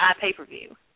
pay-per-view